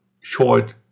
short